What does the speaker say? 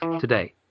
today